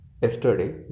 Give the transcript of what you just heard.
Yesterday